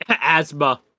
Asthma